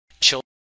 children